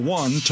one